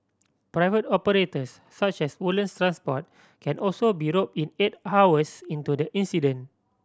private operators such as Woodlands Transport can also be rope in eight hours into the incident